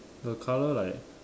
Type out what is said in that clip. the color like